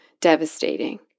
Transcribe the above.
devastating